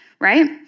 right